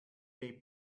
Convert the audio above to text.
lay